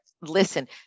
listen